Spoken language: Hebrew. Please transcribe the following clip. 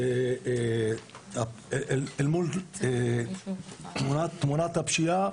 מול תמונת הפשיעה,